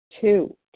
Two